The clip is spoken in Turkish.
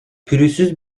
pürüzsüz